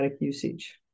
usage